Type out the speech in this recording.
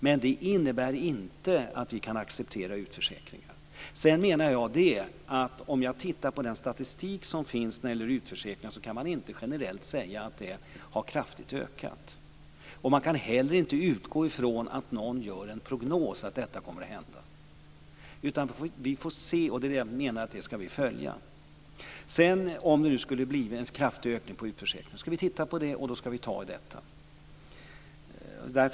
Men det innebär inte vi kan acceptera utförsäkring. Av den statistik som finns över utförsäkringar kan man inte generellt utläsa att de har ökat kraftigt. Man kan heller inte utgå från att prognoser slår in. Vi får se. Det är detta jag menar att vi skall följa. Om det nu skulle bli en kraftig ökning av antalet utförsäkringar skall vi titta på det och ta itu med det.